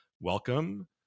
Welcome